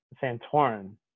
Santorin